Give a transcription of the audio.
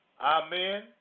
amen